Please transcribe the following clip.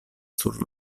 sur